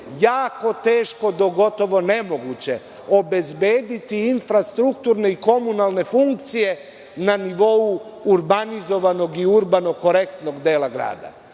jako teško, gotovo nemoguće obezbediti infrastrukturne i komunalne funkcije na nivo urbanizovanog i urbano korektnog dela grada.